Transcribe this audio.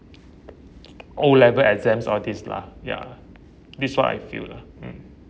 O level exams all these lah ya this is what I feel lah mm